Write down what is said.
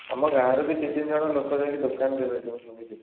ଆମ ଗାଁରୁ ବି ଦୁଇ ତିନି ଜଣ ଲୋକ ଯାଇକି ଦୋକାନ ଦେବେ ମୁଁ ଶୁଣିଥିଲି